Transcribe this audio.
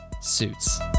suits